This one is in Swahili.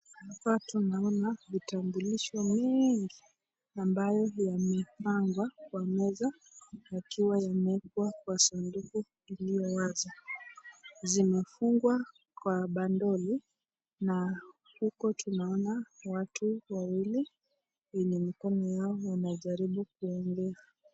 Hapa tunaona vitambulisho mingi ambayo yamepangwa kwa meza na yakiwa yameekwa kwa sanduku iliyo wazi. Zimefungwa kwa bandoli na huko tunaona watu wawili wenye mikono yao wanajaribu kuongea.